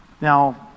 Now